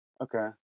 okay